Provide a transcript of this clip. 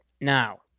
Now